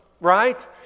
right